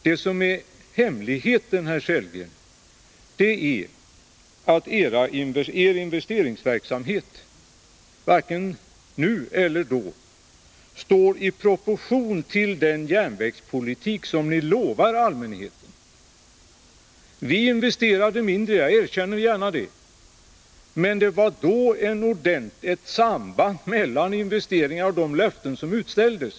Det som är hemligheten, herr Sellgren, är att er investeringsverksamhet sl varken nu står eller under herr Sellgrens tid i departementet stod i proportion till den järnvägspolitik som ni lovar allmänheten. Vi investerade mindre — jag erkänner gärna det. Men då var det ett ordentligt samband mellan investeringar och de löften som utställdes.